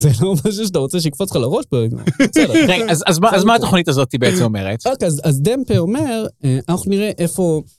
זה לא משהו שאתה רוצה שיקפוץ לך לראש פה, אבל בסדר. רגע, אז מה התוכנית הזאת בעצם אומרת? אוקיי, אז דמפה אומר, אנחנו נראה איפה...